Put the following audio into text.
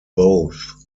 both